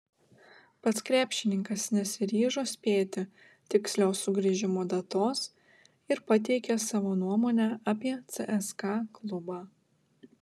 pats krepšininkas nesiryžo spėti tikslios sugrįžimo datos ir pateikė savo nuomonę apie cska klubą